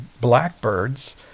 blackbirds